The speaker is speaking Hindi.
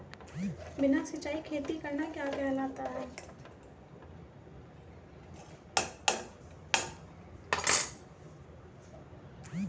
बिना सिंचाई खेती करना क्या कहलाता है?